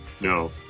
No